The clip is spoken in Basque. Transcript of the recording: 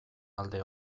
alde